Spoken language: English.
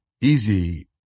easy